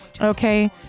Okay